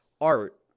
art